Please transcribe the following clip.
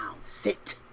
sit